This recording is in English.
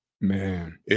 Man